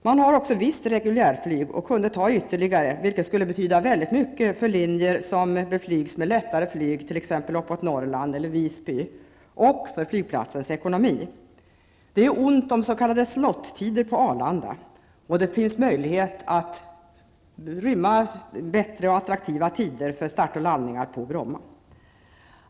Man har också visst reguljärflyg och kunde ta ytterligare, vilket skulle betyda mycket för linjer som beflygs med lättare flyg, t.ex. uppåt Norrland eller till Visby, och för flygplatsens ekonomi. Det är ont om s.k. slottider på Arlanda, och det finns möjlighet att inrymma bättre och attraktivare tider för starter och landningar på Bromma.